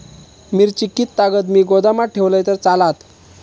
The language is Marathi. मिरची कीततागत मी गोदामात ठेवलंय तर चालात?